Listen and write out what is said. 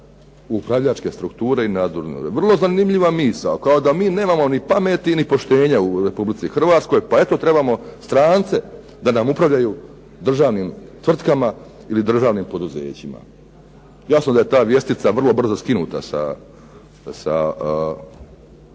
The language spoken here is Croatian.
u upravljačke strukture i nadzorne odbore. Vrlo zanimljiva misao, kao da mi nemamo ni pameti ni poštenja u Republici Hrvatskoj pa eto trebamo strance da nam upravljaju državnim tvrtkama ili državnim poduzećima. Jasno da je ta vijest vrlo brzo skinuta sa